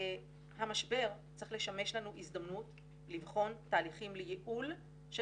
המשבר צריך לשמש לנו הזדמנות לבחון תהליכים לייעול של